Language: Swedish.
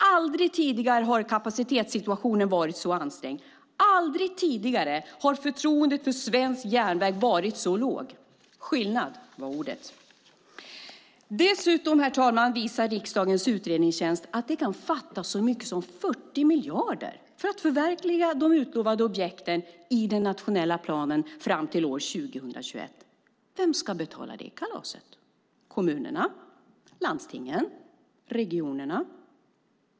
Aldrig tidigare har kapacitetssituationen varit så ansträngd. Aldrig tidigare har förtroendet för svensk järnväg varit så lågt. Skillnad var ordet. Dessutom, herr talman, visar riksdagens utredningstjänst att det kan fattas så mycket som 40 miljarder för att förverkliga de utlovade objekten i den nationella planen fram till år 2021. Vem ska betala det kalaset? Kommunerna? Landstingen? Regionerna?